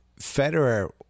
Federer